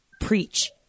preach